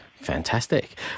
Fantastic